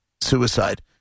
suicide